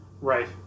Right